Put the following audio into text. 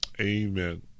Amen